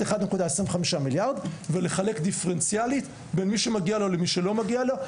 1.25 מיליארד ולחלק דיפרנציאלית בין מי שמגיע לו למי שלא מגיע לו.